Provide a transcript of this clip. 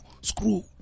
Screw